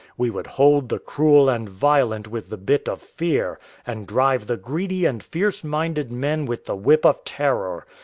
we would hold the cruel and violent with the bit of fear, and drive the greedy and fierce-minded men with the whip of terror.